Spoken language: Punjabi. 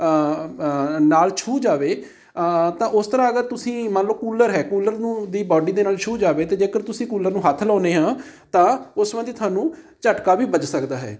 ਨਾਲ ਛੂਹ ਜਾਵੇ ਤਾਂ ਉਸ ਤਰ੍ਹਾਂ ਅਗਰ ਤੁਸੀਂ ਮੰਨ ਲਉ ਕੂਲਰ ਹੈ ਕੂਲਰ ਨੂੰ ਦੀ ਬਾਡੀ ਦੇ ਨਾਲ ਛੂਹ ਜਾਵੇ ਅਤੇ ਜੇਕਰ ਤੁਸੀਂ ਕੂਲਰ ਨੂੰ ਹੱਥ ਲਾਉਨੇ ਹਾਂ ਤਾਂ ਉਸ ਸੰਬੰਧੀ ਤੁਹਾਨੂੰ ਝਕਟਾ ਵੀ ਵੱਜ ਸਕਦਾ ਹੈ